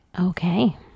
Okay